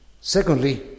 Secondly